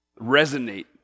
resonate